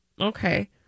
okay